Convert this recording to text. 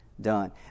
done